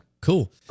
cool